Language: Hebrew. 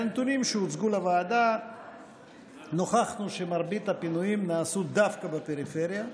מהנתונים שהוצגו לוועדה נוכחנו שמרבית הפינויים נעשו דווקא בפריפריה,